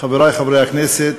חברי חברי הכנסת,